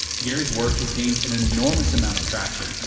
gary's work has gained an enormous amount of traction,